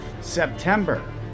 September